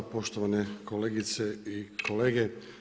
Poštovane kolegice i kolege.